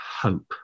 hope